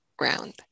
round